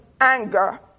anger